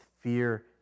fear